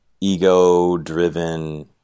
ego-driven